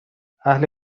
اهل